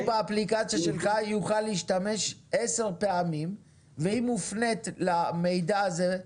באפליקציה שלך הוא יוכל להשתמש עשר פעמים והיא מופנית למידע הזה,